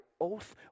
oath